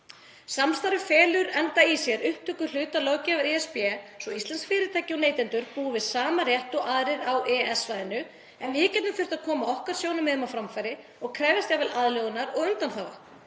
Samstarfið felur enda í sér upptöku hluta löggjafar ESB svo að íslensk fyrirtæki og neytendur búi við sama rétt og aðrir á EES-svæðinu en við getum þurft að koma okkar sjónarmiðum á framfæri og krefjast jafnvel aðlögunar og undanþága.